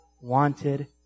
wanted